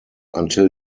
until